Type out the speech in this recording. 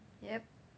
yup